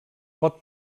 pot